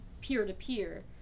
peer-to-peer